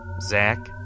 Zach